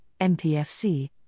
MPFC